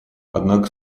однако